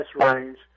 range